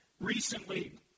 recently